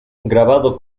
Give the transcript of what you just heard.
grabado